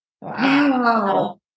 Wow